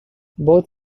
both